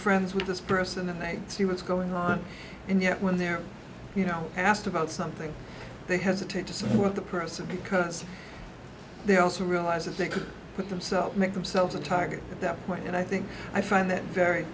friends with this person and i see what's going on and yet when they're you know asked about something they hesitate to support the person because they also realize that they could put themselves make themselves a target at that point and i think i find that very